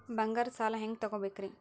ಬಂಗಾರದ್ ಸಾಲ ಹೆಂಗ್ ತಗೊಬೇಕ್ರಿ?